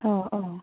अ अ